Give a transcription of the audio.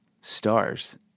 stars